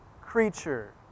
creature